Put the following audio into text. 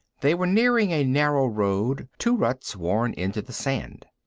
they were nearing a narrow road, two ruts worn into the sand.